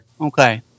Okay